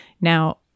Now